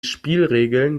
spielregeln